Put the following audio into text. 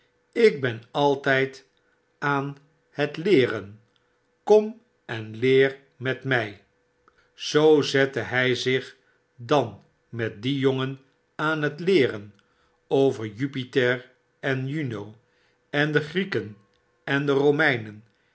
ik bert altyd aan het leeren kom en leer met my zoo zette hy zich dan met dien jongen aan het leeren over jupiter en juno endegrieken en de romeinen